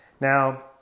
Now